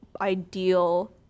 ideal